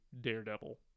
Daredevil